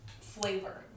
flavor